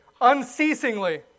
unceasingly